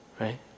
right